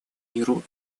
миру